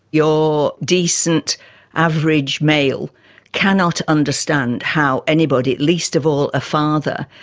your decent average male cannot understand how anybody, least of all a father,